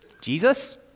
Jesus